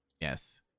Yes